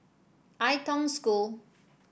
Ai Tong School